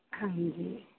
ਹਾਂਜੀ